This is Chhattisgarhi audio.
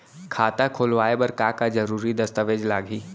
खाता खोलवाय बर का का जरूरी दस्तावेज लागही?